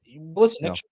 Listen